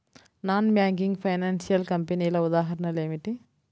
Non banking financial కంపెనీల ఉదాహరణలు ఏమిటి?